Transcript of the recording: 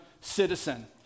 citizen